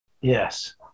yes